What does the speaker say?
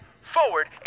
forward